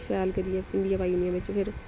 शैल करियै भंडिया पाई ओड़नियां बिच्च फिर